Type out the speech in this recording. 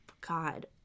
god